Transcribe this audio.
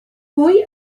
pwy